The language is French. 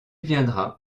viendra